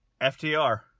FTR